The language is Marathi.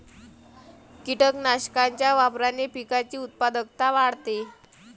कीटकनाशकांच्या वापराने पिकाची उत्पादकता वाढते